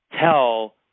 tell